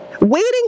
waiting